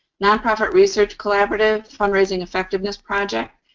nonprofit research collaborative, fundraising effectiveness project,